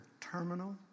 terminal